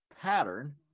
pattern